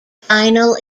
final